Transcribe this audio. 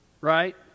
right